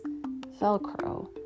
Velcro